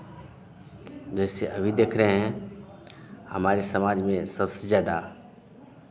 जैसे अभी देख रहे हैं हमारे समाज में सबसे ज़्यादा